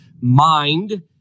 mind